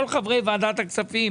כל חברי ועדת הכספים,